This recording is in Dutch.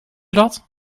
dat